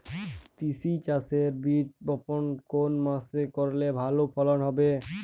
তিসি চাষের বীজ বপন কোন মাসে করলে ভালো ফলন হবে?